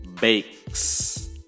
bakes